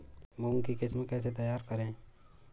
मूंग की किस्म कैसे तैयार करें?